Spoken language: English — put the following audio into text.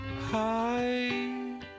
Hi